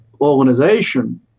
organization